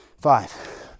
Five